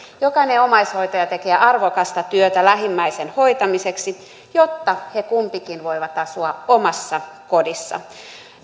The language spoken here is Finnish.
jokainen omaishoitaja tekee arvokasta työtä lähimmäisen hoitamiseksi jotta he kumpikin voivat asua omassa kodissa